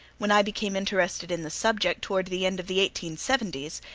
when i became interested in the subject towards the end of the eighteen-seventies,